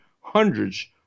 hundreds